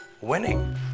winning